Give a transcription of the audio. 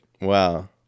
wow